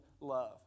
love